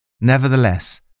Nevertheless